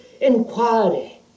inquiry